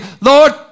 Lord